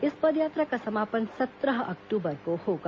इस पदयात्रा का समापन सत्रह अक्टूबर को होगा